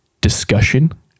discussion